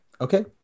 okay